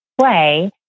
play